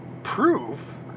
Proof